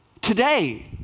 today